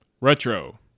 Retro